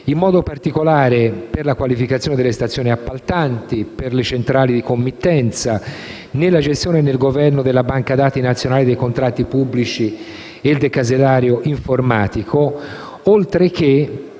in modo particolare per la qualificazione delle stazioni appaltanti, per le centrali di committenza, nella gestione e nel governo della banca dati nazionale dei contratti pubblici e del casellario informatico, oltre che